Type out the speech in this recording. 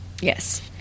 Yes